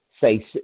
say